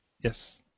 Yes